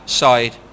side